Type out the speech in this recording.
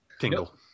Tingle